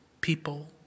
people